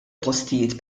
postijiet